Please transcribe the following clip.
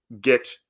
get